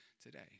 today